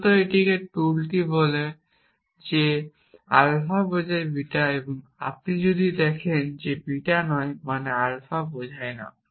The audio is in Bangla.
মূলত এই টুলটি বলে যে আলফা বোঝায় বিটা এবং আপনি যদি দেখেন যে বিটা নয় মানে আলফা বোঝায় না